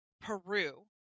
Peru